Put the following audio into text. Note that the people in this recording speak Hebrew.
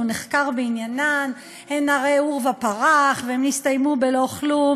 נחקר בעניינן הן הרי עורבא פרח והן הסתיימו בלא כלום,